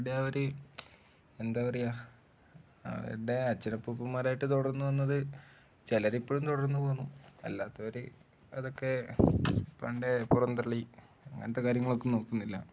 അവരുടെ ആ ഒരു എന്താ പറയുക അവരുടെ അച്ഛനപ്പൂപ്പന്മാരായിട്ട് തുടർന്ന് വന്നത് ചിലർ ഇപ്പോഴും തുടർന്ന് പോരുന്നു അല്ലാത്തവർ അതൊക്കെ പണ്ടേ പുറംതള്ളി അങ്ങനത്തെ കാര്യങ്ങളൊക്കെ നോക്കുന്നില്ല